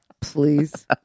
Please